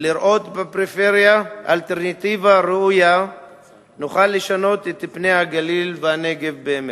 לראות בפריפריה אלטרנטיבה ראויה נוכל לשנות את פני הגליל והנגב באמת.